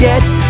Get